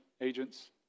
agents